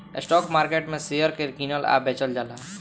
stock market में share के कीनल आ बेचल जाला